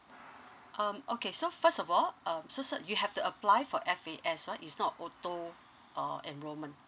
um okay so first of all um so sir you have to apply for F_A_S first it's not auto uh enrollment